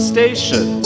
Station